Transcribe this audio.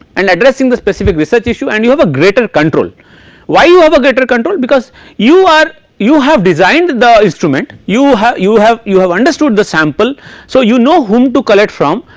and addressing the specific research issue and you have a greater control why you have a greater control because you are you have designed the instrument you have you have you have understood the sample so you know whom to collect from.